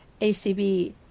ACB